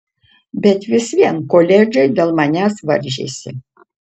bet vis vien koledžai dėl manęs varžėsi